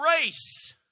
race